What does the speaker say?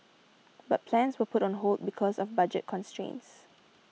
but plans were put on hold because of budget constraints